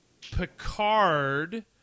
Picard